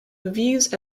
reviews